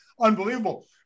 unbelievable